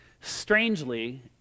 Strangely